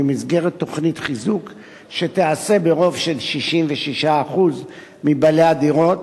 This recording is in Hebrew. במסגרת תוכנית חיזוק שתיעשה ברוב של 66% מבעלי הדירות